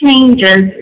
Changes